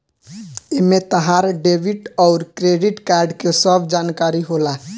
एमे तहार डेबिट अउर क्रेडित कार्ड के सब जानकारी होला